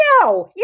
no